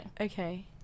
okay